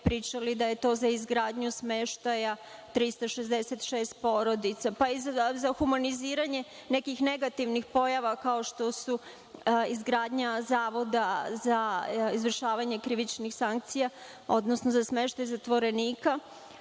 pričale da je to za izgradnju smeštaja 366 porodica, pa za humaniziranje nekih negativnih pojava kao što je izgradnja zavoda za izvršavanje krivičnih sankcija, odnosno za smeštaj zatvorenika.